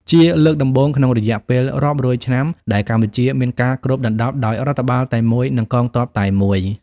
ជាលើកដំបូងក្នុងរយៈពេលរាប់រយឆ្នាំ ដែលកម្ពុជាមានការគ្របដណ្តប់ដោយរដ្ឋបាលតែមួយ និងកងទ័ពតែមួយ។